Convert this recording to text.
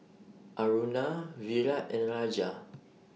Aruna Virat and Raja